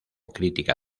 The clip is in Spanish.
crítica